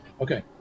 Okay